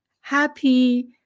happy